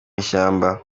ishyamba